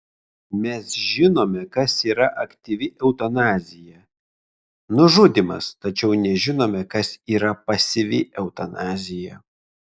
mes žinome kas yra aktyvi eutanazija nužudymas tačiau nežinome kas yra pasyvi eutanazija